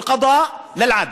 אל-קדאא לאל-עדל.